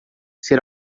ser